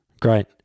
Great